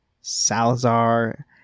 Salazar